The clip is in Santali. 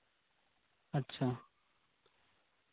ᱟᱪᱪᱷᱟ